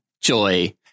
Joy